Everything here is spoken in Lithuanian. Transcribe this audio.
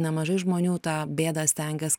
nemažai žmonių tą bėdą stengias